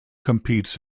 competes